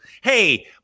Hey